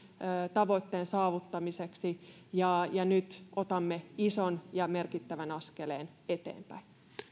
tavoitteen saavuttamiseksi ja ja nyt otamme ison ja merkittävän askeleen eteenpäin